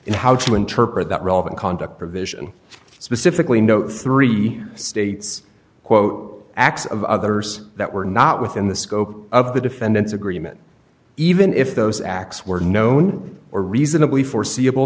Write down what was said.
in how to interpret that relevant conduct provision specifically note three states quote acts of others that were not within the scope of the defendant's agreement even if those acts were known or reasonably foreseeable